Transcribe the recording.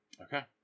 Okay